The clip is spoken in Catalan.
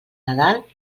nadal